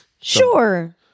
sure